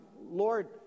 Lord